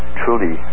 truly